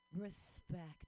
Respect